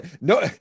no